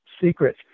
secret